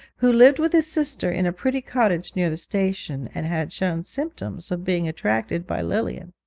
who lived with his sister in a pretty cottage near the station, and had shown symptoms of being attracted by lilian.